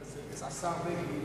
השר בגין,